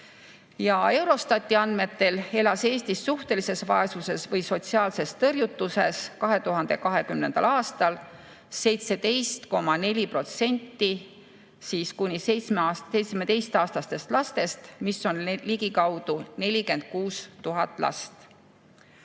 Eurostati andmetel elas Eestis suhtelises vaesuses või sotsiaalses tõrjutuses 2020. aastal 17,4% kuni 17‑aastastest lastest, mis on ligikaudu 46 000 last.